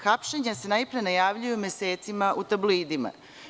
Hapšenja se najpre najavljuju mesecima u tabloidima.